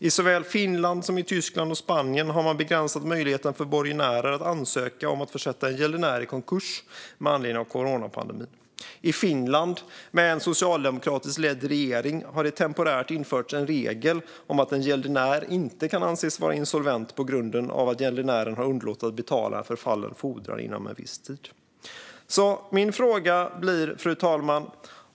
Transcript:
I såväl Finland som Tyskland och Spanien har man begränsat möjligheten för borgenärer att ansöka om att försätta en gäldenär i konkurs med anledning av coronapandemin. I Finland, med en socialdemokratiskt ledd regering, har det temporärt införts en regel om att en gäldenär inte kan anses vara insolvent på grunden att gäldenären har underlåtit att betala en förfallen fordran inom en viss tid. Fru talman!